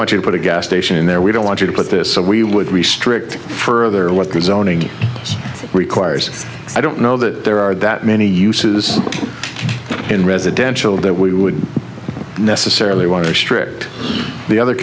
to put a gas station in there we don't want you to put this so we would restrict further what the zoning requires i don't know that there are that many uses in residential that we would necessarily want to restrict the other